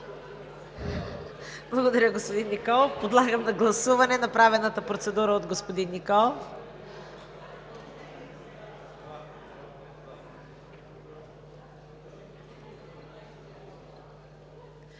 Благодаря, господин Николов. Подлагам на гласуване направената процедура от господин Николов.